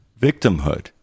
victimhood